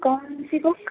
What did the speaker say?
कौनसी बुक